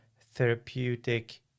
therapeutic